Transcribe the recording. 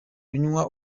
unywa